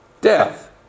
death